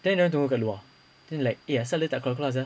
then dia orang tunggu kat luar then like eh asal tak perasan sia